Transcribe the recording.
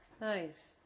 nice